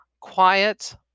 quiet